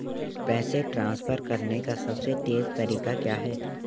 पैसे ट्रांसफर करने का सबसे तेज़ तरीका क्या है?